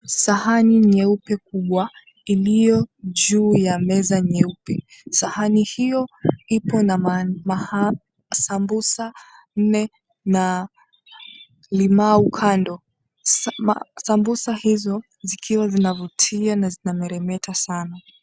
Sahani nyuepe kubwa iliyo juu ya meza nyeupe. Sahani hio ipo na sambusa nne na limau kando, sambusa hizo zikiwa zinavutia na zinameremeta sana.